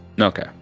Okay